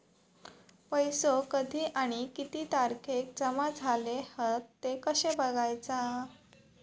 पैसो कधी आणि किती तारखेक जमा झाले हत ते कशे बगायचा?